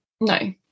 no